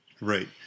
Right